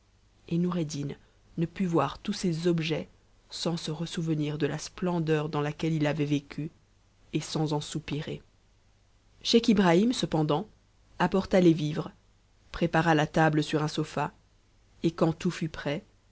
et noured din ne put voir tous ces objets sans se ressouvenir de la splendeur dans laquelle il avait vécu et sans en soupirer scheich ibrahim cependant apporta les vivres prépara la table sur un sofa et quand tout fut prêt